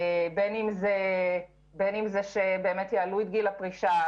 בין אם זה שיעלו את גיל הפרישה,